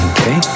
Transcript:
Okay